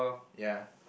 ya